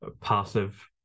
passive